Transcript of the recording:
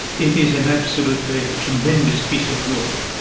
it is an absolutely tremendous piece of work,